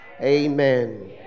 Amen